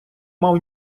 мав